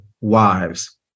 wives